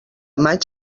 maig